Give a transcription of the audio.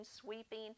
sweeping